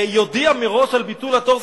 יודיע מראש על ביטול התור,